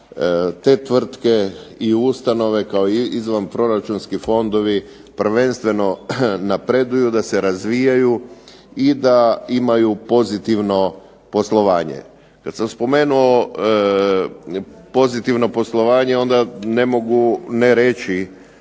te tvrtke i ustanove kao i izvanproračunski fondovi prvenstveno napreduju, da se razvijaju i da imaju pozitivno poslovanje. Kad sam spomenuo pozitivno poslovanje onda ne mogu ne reći